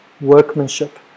workmanship